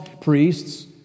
priests